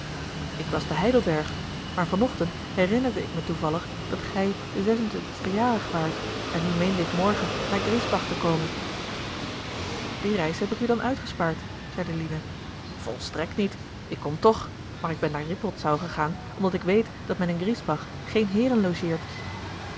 ik was te heidelberg maar van ochtend herinnerde ik me toevallig dat gij de zesentwintigste ja waart en nu meende ik morgen naar griesbach te komen die reis heb ik u dan uitgespaard zeide lina volstrekt niet ik kom toch maar ik ben naar rippoldsau gegaan omdat ik weet dat men in griesbach geen heeren